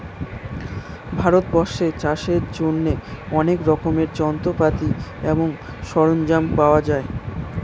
ভারতবর্ষে চাষের জন্য অনেক রকমের যন্ত্রপাতি এবং সরঞ্জাম পাওয়া যায়